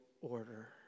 order